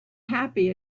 happy